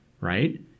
Right